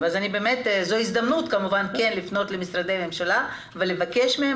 זו הזדמנות כמובן לפנות למשרדי הממשלה ולבקש מהם